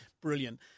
brilliant